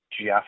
Jeff